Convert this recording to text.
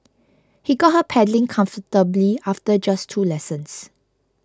he got her pedalling comfortably after just two lessons